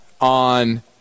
on